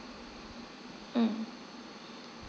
mm